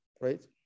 right